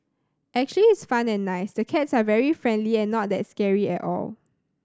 actually it's fun and nice the cats are very friendly and not that scary at all